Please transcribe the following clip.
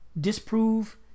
disprove